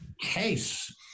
case